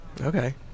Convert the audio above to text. Okay